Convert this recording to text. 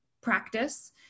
practice